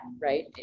right